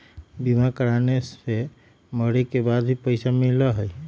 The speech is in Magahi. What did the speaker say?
बीमा कराने से मरे के बाद भी पईसा मिलहई?